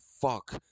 fuck